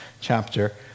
chapter